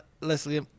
leslie